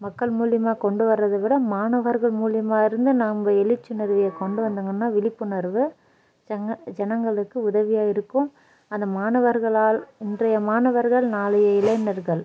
மக்கள் மூலியமாக கொண்டு வரதை விட மாணவர்கள் மூலியமாக இருந்து நாம்ப எழுச்சியுணர்வை கொண்டு வந்தாங்கன்னா விழிப்புணர்வு ஜனங்களுக்கு உதவியாக இருக்கும் அந்த மாணவர்களால் இன்றைய மாணவர்கள் நாளைய இளைஞர்கள்